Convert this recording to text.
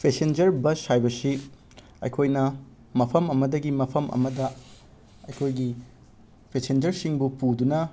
passenger bus ꯍꯥꯏꯕꯁꯤ ꯑꯩꯈꯣꯏꯅ ꯃꯐꯝ ꯑꯃꯗꯒꯤ ꯃꯐꯝ ꯑꯃꯗ ꯑꯩꯈꯣꯏꯒꯤ ꯄꯦꯁꯦꯟꯖꯔꯁꯤꯡꯕꯨ ꯄꯨꯗꯨꯅ